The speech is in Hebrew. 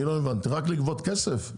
אני לא הבנתי, רק לגבות כסף?